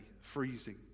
freezing